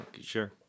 sure